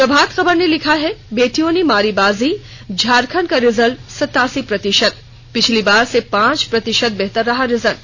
प्रभात खबर ने लिखा है बेटियों ने मारी बाजी झारखंड का रिजल्ट सतासी प्रतिशत पिछली बार से पांच प्रतिशत बेहतर रहा रिजल्ट